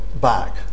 back